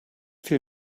fiel